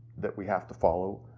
that we have to follow,